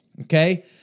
Okay